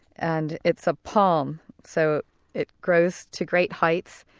and it's a palm. so it grows to great heights.